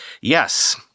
Yes